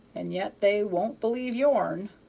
and yet they won't believe yourn